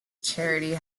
charity